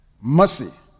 Mercy